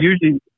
usually